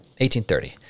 1830